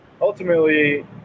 ultimately